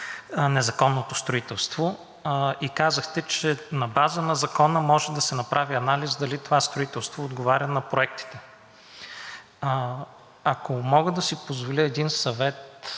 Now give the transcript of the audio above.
незаконното строителство и казахте, че на база на Закона може да се направи анализ дали това строителство отговаря на проектите. Ако мога да си позволя един съвет,